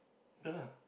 ya lah